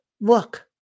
look